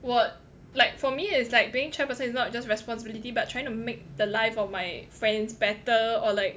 我 like for me it's like being chairperson is not just responsibility but trying to make the life of my friends better or like